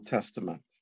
Testament